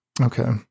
Okay